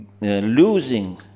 losing